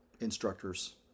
instructors